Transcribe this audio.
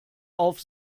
auf